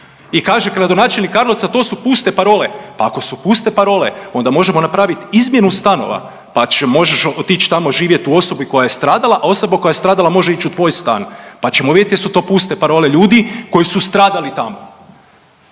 I kaže gradonačelnik Karlovca, to su puste parole, pa ako su puste parole, onda možemo napraviti izmjenu stanova pa će, možeš otići tamo živjet u osobi koja je stradala, a osoba koja je stradala može ići u tvoj stan pa ćemo vidjeti jesu to puste parole ljudi koji su stradali tamo.